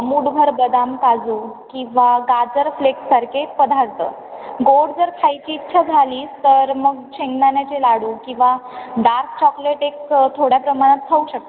मूठभर बदाम काजू किंवा गाजर फ्लेक्सारखे पदार्थ गोड जर खायची इच्छा झाली तर मग शेंगदाण्याचे लाडू किंवा डार्क चॉकलेट एक थोड्या प्रमाणात खाऊ शकता